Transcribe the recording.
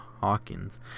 Hawkins